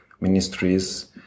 ministries